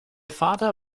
vater